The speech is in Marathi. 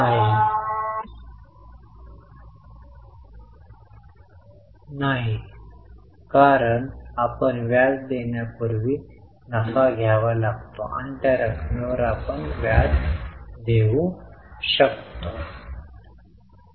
तर संपूर्ण कॅश फ्लो स्टेटमेंटसाठी ऑपरेटिंग आयटमसह प्रारूप सुरू करण्यासाठी ते येथे दर्शवा नंतर गुंतवणूकीसाठी जा वित्तपुरवठा करा ओपनिंग मिळवा कमी बंद करा आणि रोख रकमेचा सममूल्य दर्शवा आणि रोख समकक्ष नंतर आमच्या रोख रक्कम फ्लो स्टेटमेंट संपले आहे हे स्पष्ट आहे का